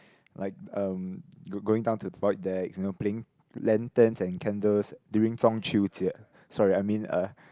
like uh go going down to the void decks you know playing lanterns and candles during 中秋节 sorry I mean uh